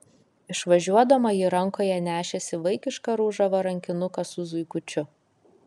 išvažiuodama ji rankoje nešėsi vaikišką ružavą rankinuką su zuikučiu